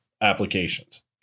applications